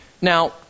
Now